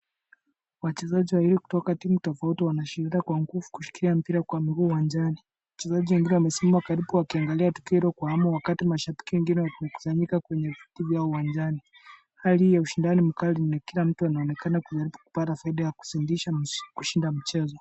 Wachezaji wawili kutoka timu tofauti wanashindana kwa nguvu kushikilia mpira kwa miguu uwanjani. Wachezaji wengine wamesimama karibu wakiangalia tukio hilo kwa hamu wakati mashabiki wengine wakikusanyika kwenye viti vya uwanjani. Hali ni ya ushindani mkali wenye kila mtu anaonekana wenye faida wanaosaidia kushinda mchezo.